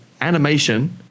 animation